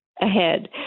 Ahead